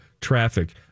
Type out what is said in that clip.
traffic